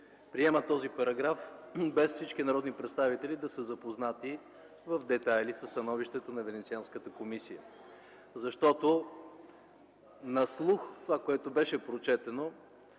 приема този параграф без всички народни представители да са запознати в детайли със становището на Венецианската комисия. Защото на слух това, което беше прочетено,